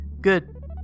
good